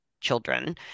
children